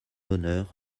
honneur